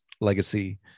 legacy